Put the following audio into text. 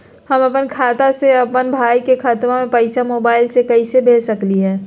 हम अपन खाता से अपन भाई के खतवा में पैसा मोबाईल से कैसे भेज सकली हई?